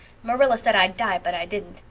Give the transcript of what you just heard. marilla said i'd die but i dident.